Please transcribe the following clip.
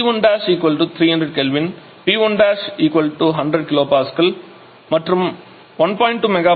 T1 300 K P1 100 kPa மற்றும் 1